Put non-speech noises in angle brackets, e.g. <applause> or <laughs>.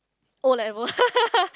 O-level <laughs>